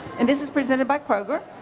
and this is present by kroger.